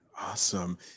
Awesome